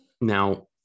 Now